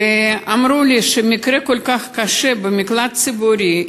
אמרו לי שמקרה כל כך קשה במקלט ציבורי,